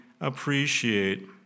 appreciate